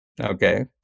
okay